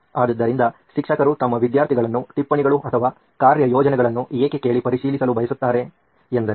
ಆದ್ದರಿಂದ ಶಿಕ್ಷಕರು ತಮ್ಮ ವಿದ್ಯಾರ್ಥಿಗಳನ್ನು ಟಿಪ್ಪಣಿಗಳು ಅಥವಾ ಕಾರ್ಯಯೋಜನೆಗಳನ್ನು ಏಕೆ ಕೇಳಿ ಪರಿಶೀಲಿಸಲು ಬಯಸುತ್ತಾರೆ ಎಂದರೆ